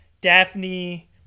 daphne